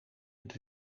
het